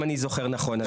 אם אני זוכר נכון.